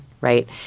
right